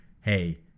hey